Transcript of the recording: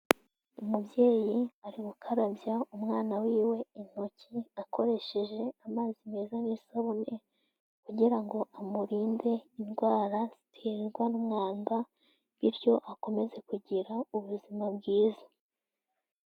Umubyeyi ari gukarabya umwana wiwe intoki akoresheje amazi meza n'isabune kugira ngo amurinde indwara ziterwa n'umwanda bityo akomeze kugira ubuzima bwiza.